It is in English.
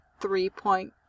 three-point